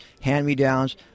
hand-me-downs